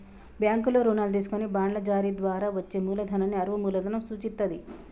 బ్యాంకుల్లో రుణాలు తీసుకొని బాండ్ల జారీ ద్వారా వచ్చే మూలధనాన్ని అరువు మూలధనం సూచిత్తది